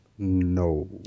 No